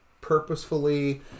purposefully